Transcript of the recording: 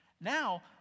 now